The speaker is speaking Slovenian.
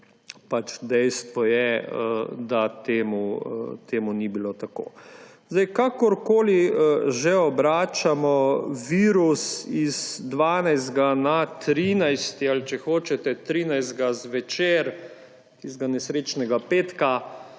ampak dejstvo je, da temu ni bilo tako. Kakorkoli že obračamo virus iz 12. na 13. ali če hočete, 13. zvečer tistega nesrečnega petka